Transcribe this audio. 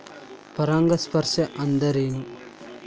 ಪರಾಗಸ್ಪರ್ಶ ಅಂದರೇನು?